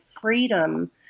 freedom